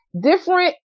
different